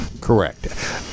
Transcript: correct